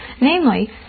namely